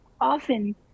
often